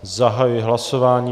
Zahajuji hlasování.